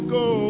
go